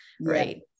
right